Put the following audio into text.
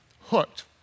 hooked